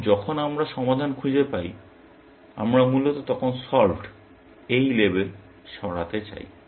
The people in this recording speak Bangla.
এবং যখন আমরা সমাধান খুঁজে পাই আমরা মূলত তখন সল্ভড এই লেবেল সরাতে চাই